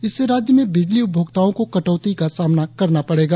इससे राज्य में बिजली उपभोक्ताओं को कटौती की सामना करना पड़ेगा